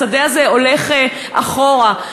השדה הזה הולך אחורה,